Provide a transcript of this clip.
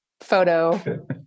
photo